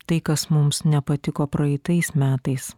tai kas mums nepatiko praeitais metais